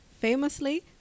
Famously